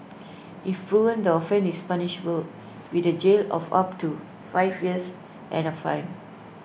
if proven the offence is punishable with jail of up to five years and A fine